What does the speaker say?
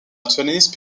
nationaliste